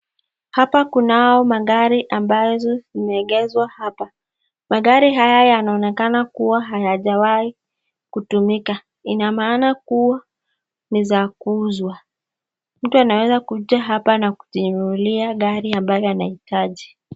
Hapa kunao magari ambazo zimeegezwa hapa. Magari haya yanaonekana kuwa hayajawai kutumika. Ina maana kuwa ni za kuuzwa. Mtu anaweza kuja hapa na kujinunulia gari ambayo anayohitaji.